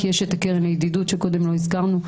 כי יש את קרן הידידות שקודם לא הזכרנו,